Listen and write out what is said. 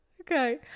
Okay